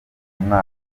umwana